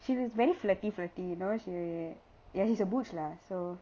she was very flirty flirty you know she ya she's a butch lah so